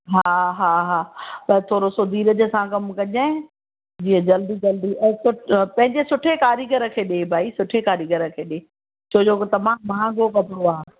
हा हा हा त थोरो सो धीरज सां कमु कजाइं जीअं जल्दी जल्दी पंहिंजे सुठे कारीगर खे ॾे भई सुठे कारीगर खे ॾे छो जो उहो तमामु महांगो कपिड़ो आहे